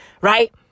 right